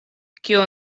kiu